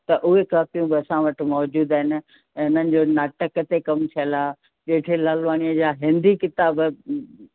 त उहे कापियूं बि असां वटि मौजूदु आहिनि इन्हनि जो नाटक ते कमु थियल आहे ॼेठो लालवाणीअ जा हिंदी किताब